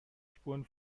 spuren